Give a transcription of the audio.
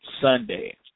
Sunday